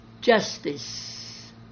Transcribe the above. justice